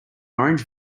orange